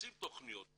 מציעים תכניות.